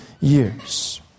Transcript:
years